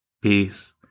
peace